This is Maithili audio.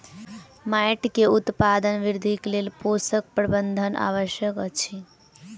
माइट के उत्पादन वृद्धिक लेल पोषक प्रबंधन आवश्यक अछि